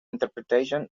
interpretation